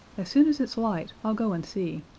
as soon as it's light i'll go and see.